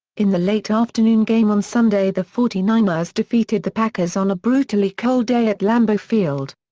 in the late afternoon game on sunday the forty nine ers defeated the packers on a brutally cold day at lambeau field.